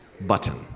button